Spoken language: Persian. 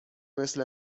مثل